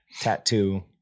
Tattoo